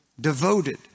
Devoted